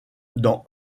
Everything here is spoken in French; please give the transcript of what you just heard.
dans